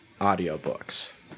audiobooks